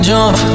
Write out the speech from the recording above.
Jump